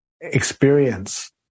experience